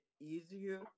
easier